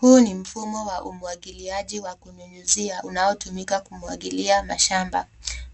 Huu ni mfumo wa umwagiliaji wa kunyunyuzia unaotumika kumwagilia mashamba.